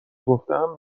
گفتهام